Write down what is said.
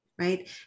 Right